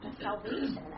salvation